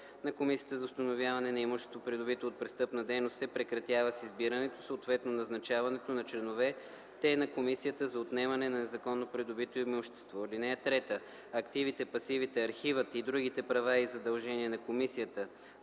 на Комисията за установяване на имущество, придобито от престъпна дейност, се прекратява с избирането, съответно назначаването на членовете на Комисията за отнемане на незаконно придобито имущество. (3) Активите, пасивите, архивът и другите права и задължения на Комисията